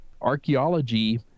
archaeology